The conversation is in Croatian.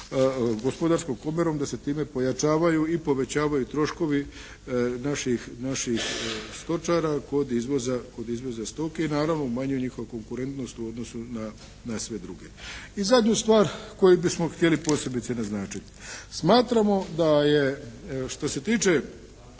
Gospodarskom komorom da se time pojačavaju i povećavaju troškovi naših stočara kod izvoza stoke i naravno umanjuje njihovu konkurentnost u odnosu na sve druge. I zadnju stvar koju bismo htjeli posebice naznačiti. Smatramo da je što se tiče